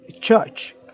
church